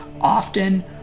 often